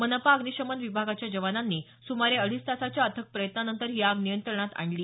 मनपा अग्निशमन विभागाच्या जवानांनी सुमारे अडीच तासाच्या अथक प्रयत्नानंतर ही आग नियंत्रणात आणली